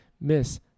Miss